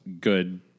good